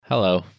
hello